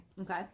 Okay